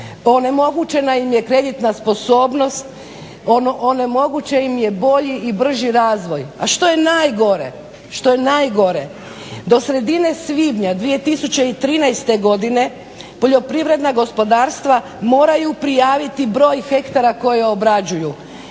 onemogućena im je kreditna sposobnost, onemogućen im je bolji i brži razvoj. A što je najgore do sredine svibnja 2013. godine poljoprivredna gospodarstva moraju prijaviti broj hektara koje obrađuju